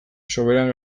soberan